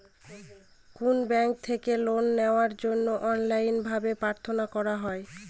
কোনো ব্যাঙ্ক থেকে লোন নেওয়ার জন্য অনলাইনে ভাবে প্রার্থনা করা হয়